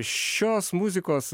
šios muzikos